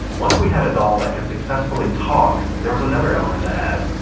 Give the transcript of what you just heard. once we had a doll that could successfully talk, there was another element to add,